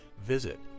visit